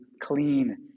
clean